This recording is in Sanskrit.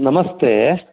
नमस्ते